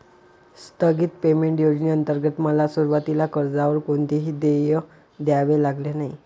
स्थगित पेमेंट योजनेंतर्गत मला सुरुवातीला कर्जावर कोणतेही देय द्यावे लागले नाही